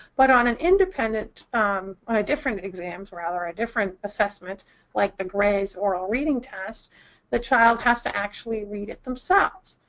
but on an independent on a different exam, rather a different assessment like the gray's oral reading test the child has to actually read it themselves.